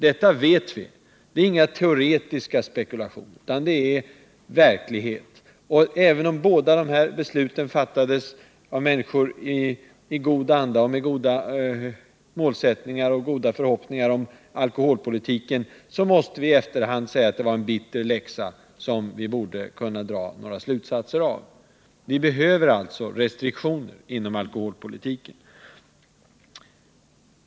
Detta vet vi. Det är inga teoretiska spekulationer, utan det är verklighet. Även om båda dessa beslut fattades i god anda, med en god målsättning och i goda förhoppningar när det gäller alkoholpolitiken, så måste vi i efterhand säga att det blev en bitter läxa som vi borde kunna dra slutsatser av. Vi behöver alltså restriktioner inom alkoholpolitiken.